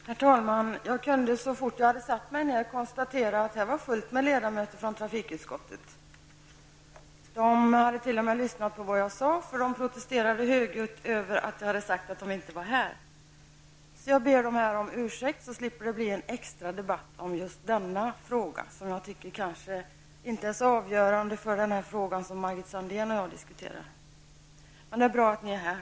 Herr talman! Så fort jag hade satt mig ner kunde jag konstatera att det fanns fullt med ledamöter från trafikutskottet här. De hade t.o.m. lyssnat på vad jag sade, eftersom de protesterade högljutt mot att jag hade sagt att de inte var här. Jag ber dem här om ursäkt, så slipper det bli en extra debatt om just denna fråga som jag kanske inte tycker är så avgörande för den fråga som Margit Sandéhn och jag diskuterar. Men det är bra att ni är här.